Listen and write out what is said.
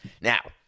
Now